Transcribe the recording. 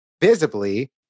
visibly